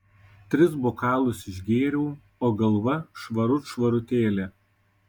tris bokalus išgėriau o galva švarut švarutėlė